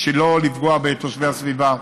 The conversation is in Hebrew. בשביל לא לפגוע בתושבי הסביבה,